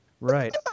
Right